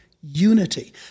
unity